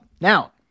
Now